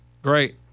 Great